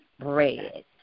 Bread